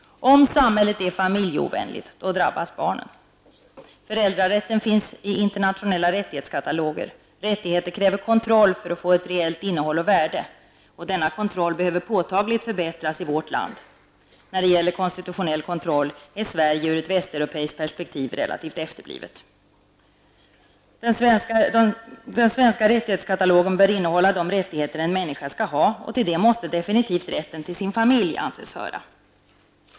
Om samhället är familjeovänligt drabbas barnen. Föräldrarätten finns i internationella rättighetskataloger. Rättigheter kräver kontroll för att få ett reellt innehåll och värde. Denna kontroll behöver påtagligt förbättras i vårt land. När det gäller konstitutionell kontroll är Sverige ur ett västeuropeiskt perspektiv relativt efterblivet. Den svenska rättighetskatalogen bör innehålla de rättigheter en människa skall ha, och till det måste definitivt rätten till sin familj anses höra.